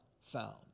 found